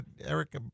Eric